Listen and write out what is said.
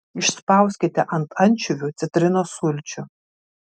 išspauskite ant ančiuvių citrinos sulčių